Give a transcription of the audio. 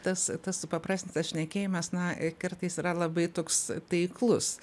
tas tas supaprastintas šnekėjimas na kartais yra labai toks taiklus